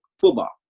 football